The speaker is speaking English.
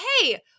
hey